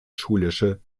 schulische